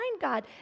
God